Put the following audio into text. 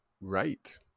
Right